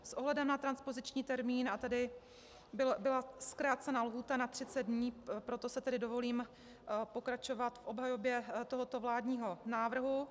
S ohledem na transpoziční termín byla zkrácena lhůta na 30 dní, proto si tedy dovolím pokračovat v obhajobě tohoto vládního návrhu.